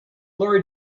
lorry